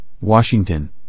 Washington